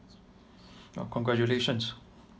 uh congratulations